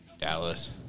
Dallas